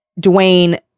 Dwayne